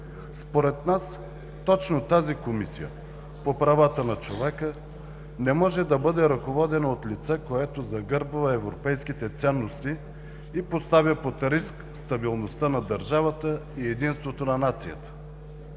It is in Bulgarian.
Според нас точно тази Комисия – по правата на човека, не може да бъде ръководена от лице, което загърбва европейските ценности и поставя под риск стабилността на държавата и единството на нацията.